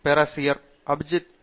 பேராசிரியர் அபிஜித் பி